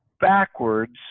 backwards